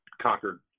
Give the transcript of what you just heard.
conquered